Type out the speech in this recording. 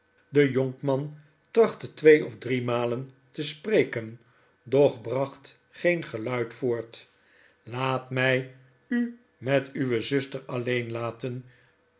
de jonkman trachtte twee of drie malen te spreken doch bracht geen geluid voort laat my u met uwe zuster alleen laten